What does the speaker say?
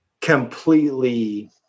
completely